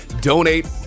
donate